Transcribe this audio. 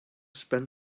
spend